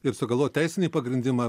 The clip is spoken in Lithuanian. ir sugalvojo teisinį pagrindimą